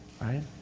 right